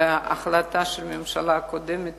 וההחלטה של הממשלה הקודמת